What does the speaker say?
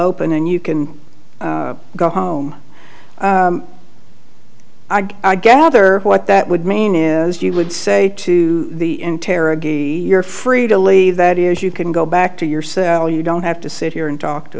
open and you can go home i gather what that would mean is you would say to the interrogator you're free to leave that is you can go back to your cell you don't have to sit here and talk to